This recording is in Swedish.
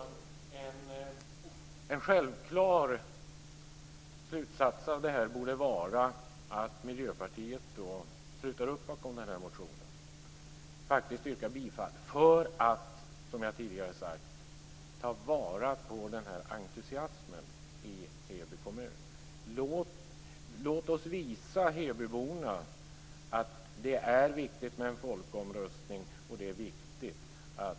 Fru talman! En självklar slutsats av detta borde vara att Miljöpartiet sluter upp bakom motionen och faktiskt yrkar bifall till den för att, som jag tidigare sagt, ta vara på entusiasmen i Heby kommun. Låt oss visa hebyborna att det är viktigt med en folkomröstning och att det är viktigt att